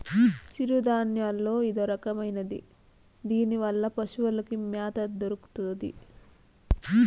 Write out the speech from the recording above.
సిరుధాన్యాల్లో ఇదొరకమైనది దీనివల్ల పశులకి మ్యాత దొరుకుతాది